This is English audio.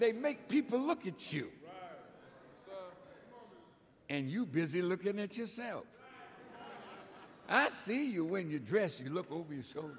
they make people look at you and you busy looking at yourself i see you when you dress you look over your shoulder